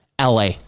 LA